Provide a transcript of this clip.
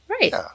Right